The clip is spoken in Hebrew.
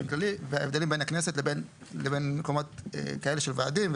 כללי וההבדלים בין הכנסת לבין מקומות של ועדים.